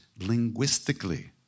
linguistically